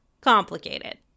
complicated